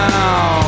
Now